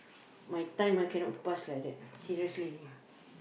my time ah cannot pass like that seriously ya